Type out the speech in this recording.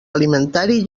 alimentari